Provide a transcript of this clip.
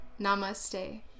Namaste